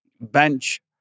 bench